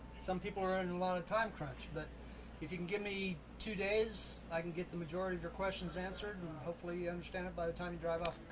some people are in a lot of time crunch. but if you can give me two days, i can get the majority of your questions answered and hopefully you understand and by the time you drive off